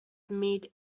meat